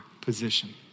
position